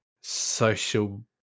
social